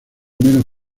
menos